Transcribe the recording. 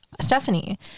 Stephanie